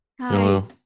Hello